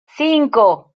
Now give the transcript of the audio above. cinco